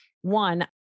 One